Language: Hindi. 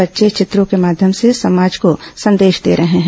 बच्चे चित्रों के माध्यम से समाज को संदेश दे रहे हैं